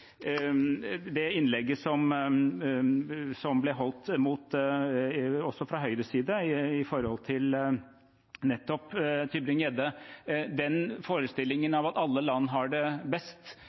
det innlegget som ble holdt fra Høyres side når det gjelder Tybring-Gjedde. Den forestillingen om at alle land har det best